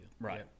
Right